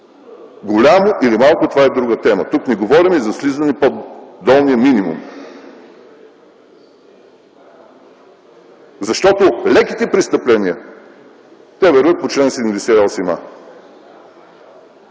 Голямо или малко, това е друга тема. Тук не говорим за слизане под долния минимум. Защото леките престъпления, те вървят по чл. 78а.